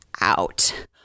out